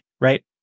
right